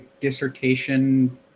dissertation